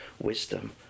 wisdom